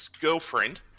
girlfriend